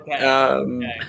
Okay